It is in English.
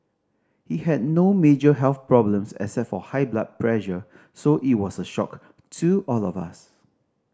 he had no major health problems except for high blood pressure so it was a shock to all of us